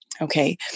okay